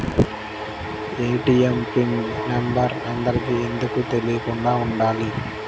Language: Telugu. ఏ.టీ.ఎం పిన్ నెంబర్ అందరికి ఎందుకు తెలియకుండా ఉండాలి?